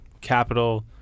Capital